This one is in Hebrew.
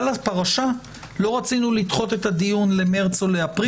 הפרשה לא רצינו לדחות את הדיון למרס או לאפריל.